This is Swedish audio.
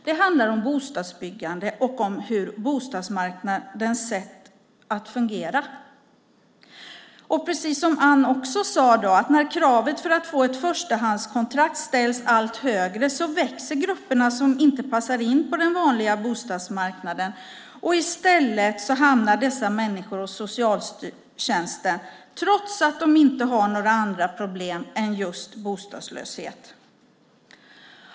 Det handlar om bostadsbyggande och om bostadsmarknadens sätt att fungera. Ann sade också att kravet för att få ett första hand ställs allt högre, och då växer de grupper som inte passar in på vanliga bostadsmarknaden. I stället hamnar dessa människor hos socialtjänsten trots att de inte har några andra problem än just bostadslöshet.